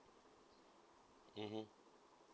mmhmm